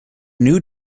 new